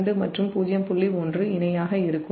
1 இணையாக இருக்கும்